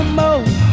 more